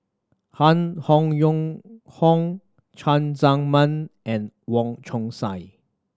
Han Hong Yong Hong Cheng Tsang Man and Wong Chong Sai